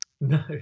No